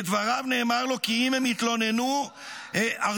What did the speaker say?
לדבריו נאמר לו, כי אם הם יתלוננו ---" הדברה?